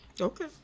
Okay